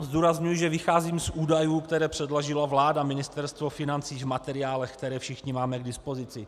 Zdůrazňuji, že vycházím z údajů, které předložila vláda, Ministerstvo financí, v materiálech, které všichni máme k dispozici.